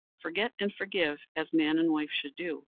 forget and forgive as man and wife should do,